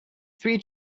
three